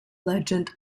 legend